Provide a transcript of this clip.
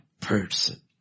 person